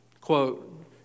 Quote